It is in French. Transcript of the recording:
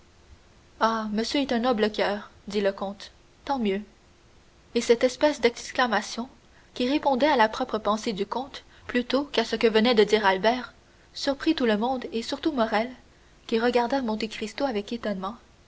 ah monsieur est un noble coeur dit le comte tant mieux cette espèce d'exclamation qui répondait à la propre pensée du comte plutôt qu'à ce que venait de dire albert surprit tout le monde et surtout morrel qui regarda monte cristo avec étonnement